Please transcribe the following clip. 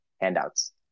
handouts